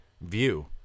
view